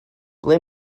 ble